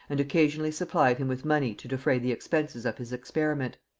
and occasionally supplied him with money to defray the expenses of his experiment.